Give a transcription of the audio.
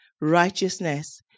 righteousness